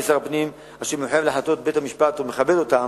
כשר הפנים אשר מחויב להחלטות בית-המשפט ומכבד אותן,